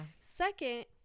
Second